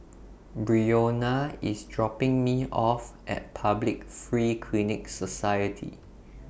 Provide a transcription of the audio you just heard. Brionna IS dropping Me off At Public Free Clinic Society